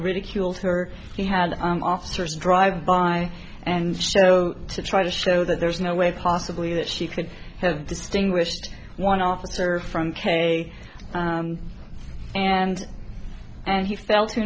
ridiculed her he had officers drive by and so to try to show that there's no way possibly that she could have distinguished one officer from kay and and he fell to